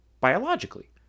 biologically